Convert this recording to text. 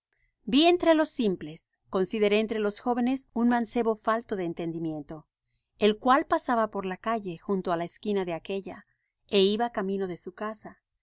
vi entre los simples consideré entre los jóvenes un mancebo falto de entendimiento el cual pasaba por la calle junto á la esquina de aquella e iba camino de su casa